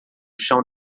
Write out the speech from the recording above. chão